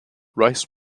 rice